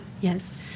Yes